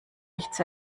nichts